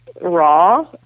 raw